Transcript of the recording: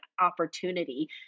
opportunity